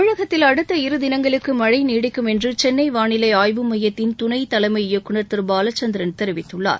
தமிழகத்தில் அடுத்த இரு தினங்களுக்கு மழை நீடிக்கும் என்று சென்னை வாளிலை ஆய்வு மையத்தின் துணைத்தலைமை இயக்குநர் திரு பாலச்சந்திரன் தெிவித்துள்ளார்